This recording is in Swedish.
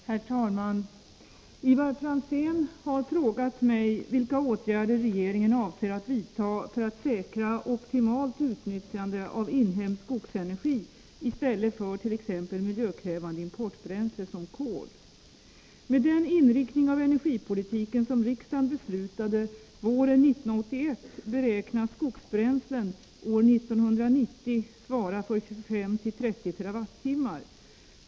Herr talman! Ivar Franzén har frågat mig vilka åtgärder regeringen avser att vidta för att säkra optimalt utnyttjande av inhemsk skogsenergi i stället för t.ex. miljöpåverkande importbränsle såsom kol. Med den inriktning av energipolitiken som riksdagen beslutade våren 1981 beräknas skogsbränslen år 1990 svara för 25-30 TWh.